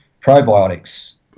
probiotics